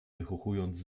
wychuchując